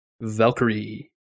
Valkyrie